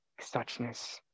suchness